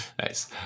nice